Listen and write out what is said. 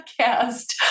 podcast